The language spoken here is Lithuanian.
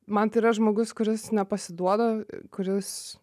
man tai yra žmogus kuris nepasiduoda kuris